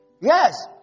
Yes